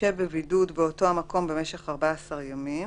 ישהה בבידוד באותו המקום במשך 14 ימים